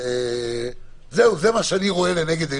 שיקבע את זה בעל מקצוע, לא הוא הולך לקבוע את זה.